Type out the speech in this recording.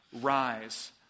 Rise